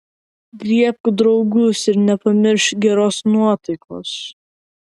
griebk draugus ir nepamiršk geros nuotaikos